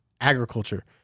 agriculture